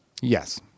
Yes